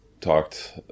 talked